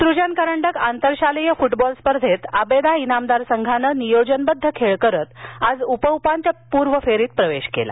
सुजन करंडक आंतरशालेय फुटबॉल स्पर्धेंत आवेदा इनामदार संघानं नियोजनबद्ध खेळ करत आज उपउपांत्यपूर्व फेरीत प्रवेश केला